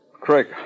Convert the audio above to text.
Craig